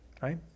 right